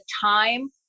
time